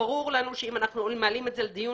כשהוא נבחר אמרתי,